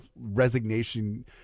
resignation